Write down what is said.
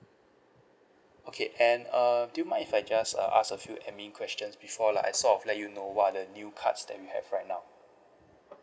okay and uh do you mind if I just uh ask a few admin questions before like I sort of let you know what are the new cards that we have right now